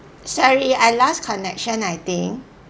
sorry I lost connection I think